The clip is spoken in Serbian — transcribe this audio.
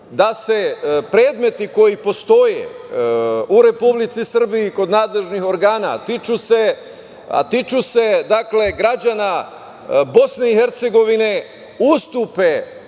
da se predmeti koji postoje u Republici Srbiji kod nadležnih organa, a tiču se građana BiH, ustupe